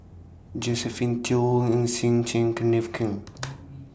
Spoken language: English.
Josephine Teo Ng Yi Sheng Kenneth Keng